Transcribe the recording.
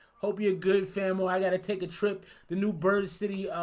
hope you're a good family. i gotta take a trip the new bird city.